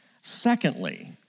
Secondly